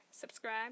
subscribe